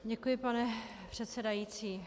Děkuji, pane předsedající.